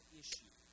issue